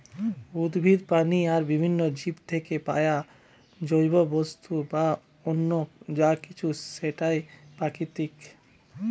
উদ্ভিদ, প্রাণী আর বিভিন্ন জীব থিকে পায়া জৈব বস্তু বা অন্য যা কিছু সেটাই প্রাকৃতিক